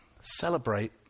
Celebrate